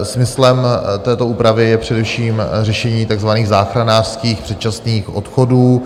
Smyslem této úpravy je především řešení takzvaných záchranářských předčasných odchodů.